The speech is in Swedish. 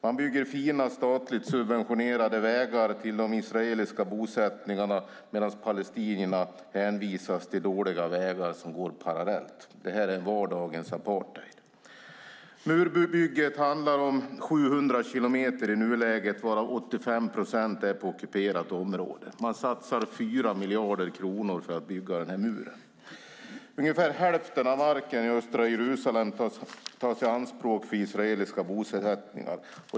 Man bygger fina statligt subventionerade vägar till de israeliska bosättningarna medan palestinierna hänvisas till dåliga vägar som går parallellt. Det är vardagens apartheid. Murbygget handlar i nuläget om 700 kilometer varav 85 procent är på ockuperat område. Man satsar 4 miljarder kronor för att bygga muren. Ungefär hälften av marken i östra Jerusalem tas i anspråk för israeliska bosättningar.